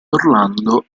orlando